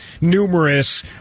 numerous